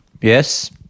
Yes